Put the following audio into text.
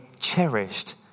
cherished